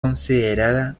considerada